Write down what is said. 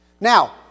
Now